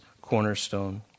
cornerstone